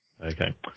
Okay